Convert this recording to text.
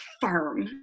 firm